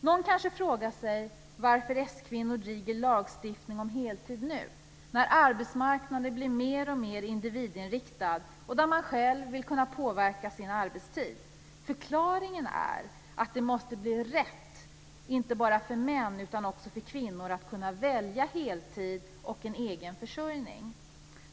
Någon kanske frågar sig varför s-kvinnor driver lagstiftning om heltid nu, när arbetsmarknaden blir mer och mer individinriktad och där man själv vill kunna påverka sin arbetstid. Förklaringen är att det måste bli rätt, inte bara för män utan också för kvinnor, att kunna välja heltid och en egen försörjning.